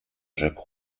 jacques